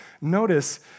notice